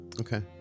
okay